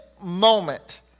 moment